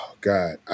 God